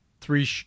three